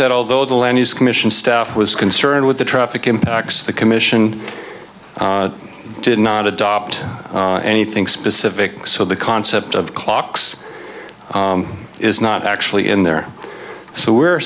that although the land use commission staff was concerned with the traffic impacts the commission did not adopt anything specific so the concept of clocks is not actually in there so we're